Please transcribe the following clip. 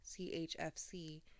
CHFC